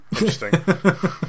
interesting